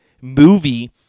movie